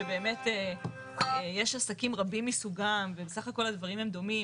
שבאמת יש עסקים רבים מסוגם וסך הכל הדברים הם דומים.